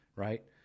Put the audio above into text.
right